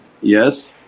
yes